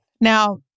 Now